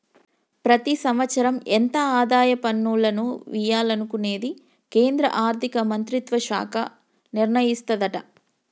ప్రతి సంవత్సరం ఎంత ఆదాయ పన్నులను వియ్యాలనుకునేది కేంద్రా ఆర్థిక మంత్రిత్వ శాఖ నిర్ణయిస్తదట